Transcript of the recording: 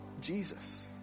Jesus